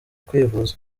kwivuza